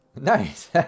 Nice